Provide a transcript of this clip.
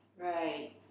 Right